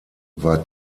war